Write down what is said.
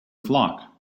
flock